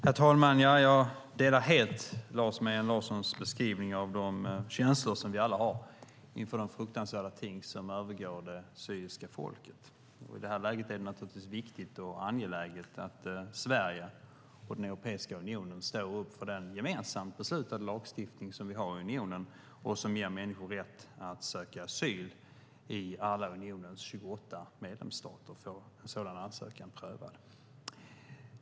Herr talman! Jag instämmer helt i Lars Mejern Larssons beskrivning av de känslor som vi alla har inför det fruktansvärda som drabbar det syriska folket. I det här läget är det naturligtvis viktigt och angeläget att Sverige och Europeiska unionen står bakom den gemensamt beslutade lagstiftning som vi har i unionen och som ger människor rätt att söka asyl i alla unionens 28 medlemsstater och få en sådan ansökan prövad.